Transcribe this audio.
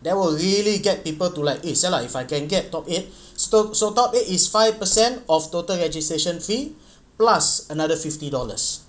there will really get people to like eh !siala! if I can get top eight so so top eight is five percent of total registration fee plus another fifty dollars